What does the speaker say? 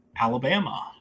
Alabama